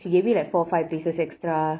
she gave me like four five pieces extra